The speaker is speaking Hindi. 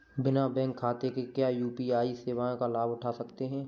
बिना बैंक खाते के क्या यू.पी.आई सेवाओं का लाभ उठा सकते हैं?